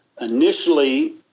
Initially